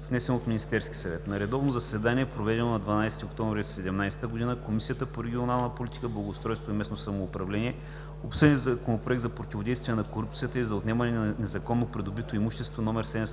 съвет на 6 октомври 2017 г. На редовно заседание, проведено на 12 октомври 2017 г., Комисията по регионална политика, благоустройство и местно самоуправление обсъди Законопроект за противодействие на корупцията и за отнемане на незаконно придобитото имущество, №